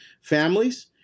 families